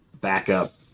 backup